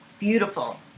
beautiful